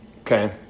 Okay